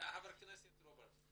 חבר הכנסת רוברט,